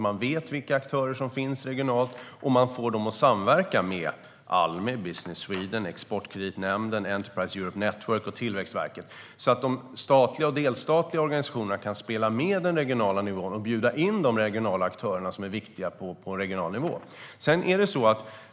Man vet vilka aktörer som finns regionalt, och man får dem att samverka med Almi, Business Sweden, Exportkreditnämnden, Enterprice Europe Network och Tillväxtverket så att de statliga och delstatliga organisationerna kan spela med på den regionala nivån och bjuda in de regionala aktörerna som är viktiga på regional nivå.